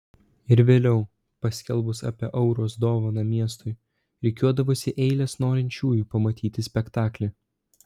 ir vėliau paskelbus apie auros dovaną miestui rikiuodavosi eilės norinčiųjų pamatyti spektaklį